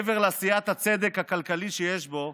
מעבר לעשיית הצדק הכלכלי שיש בו,